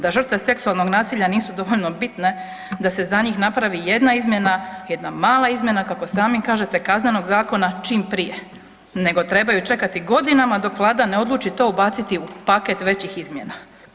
Da žrtve seksualnog nasilja nisu dovoljno bitne da se za njih napravi jedna izmjena, jedna mala izmjena, kako sami kažete, Kaznenog zakona, čim prije, nego trebaju čekati godinama dok Vlada ne odluči to ubaciti u paket većih izmjena.